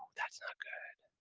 that's ah good,